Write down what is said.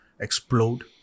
explode